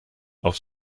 auf